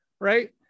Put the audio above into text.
right